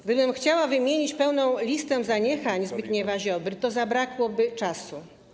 Gdybym chciała wymienić pełną listę zaniechań Zbigniewa Ziobry, to zabrakłoby czasu.